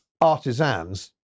Artisans